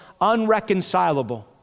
unreconcilable